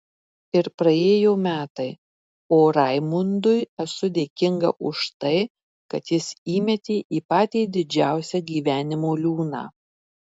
ir praėjo metai o raimundui esu dėkinga už tai kad jis įmetė į patį didžiausią gyvenimo liūną